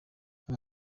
aba